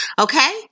Okay